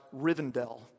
Rivendell